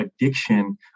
addiction